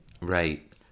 Right